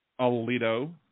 Alito